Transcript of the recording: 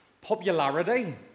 popularity